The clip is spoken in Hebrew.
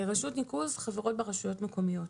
ברשות ניקוז חברות רשויות מקומיות,